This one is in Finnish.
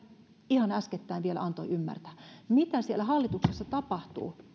ihan äskettäin vielä antoi ymmärtää mitä siellä hallituksessa tapahtuu